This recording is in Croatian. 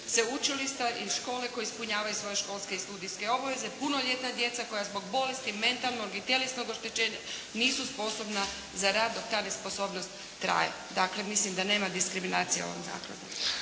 sveučilišta i škole koja ispunjavaju svoje školske i studijske obveze, punoljetna djeca koja zbog bolesti mentalnog i tjelesnog oštećenja nisu sposobna za rad dok ta nesposobnost traje. Dakle, mislim da nema diskriminacije ovom zakladom.